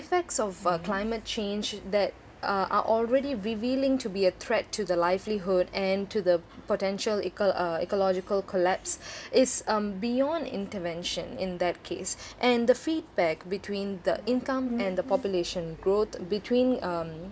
effects of uh climate change that are already revealing to be a threat to the livelihood and to the potential ecol~ uh ecological collapse is um beyond intervention in that case and the feedback between the income and the population growth between um